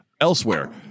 elsewhere